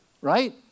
right